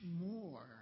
more